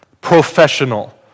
professional